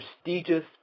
prestigious